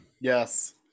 Yes